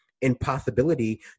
impossibility